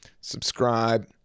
subscribe